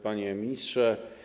Panie Ministrze!